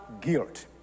guilt